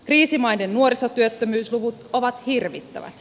kriisimaiden nuorisotyöttömyysluvut ovat hirvittävät